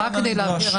רק כדי להבהיר,